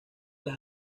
las